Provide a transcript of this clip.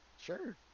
sure